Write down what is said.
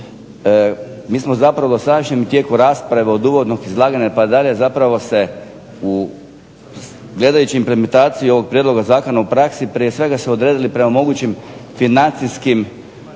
Mi smo zapravo u dosadašnjem tijelu rasprave od uvodnog izlaganja pa nadalje zapravo gledajući implementaciju ovog Prijedloga zakona u praksi prije svega se odredili prema mogućim financijskim